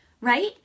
right